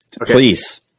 Please